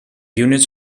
units